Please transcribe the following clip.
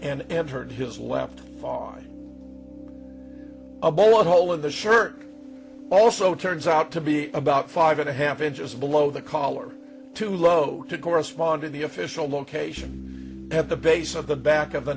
and entered his left on a bullet hole in the shirt also turns out to be about five and a half inches below the collar too low to correspond to the official location at the base of the back of the